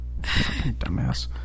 Dumbass